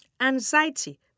anxiety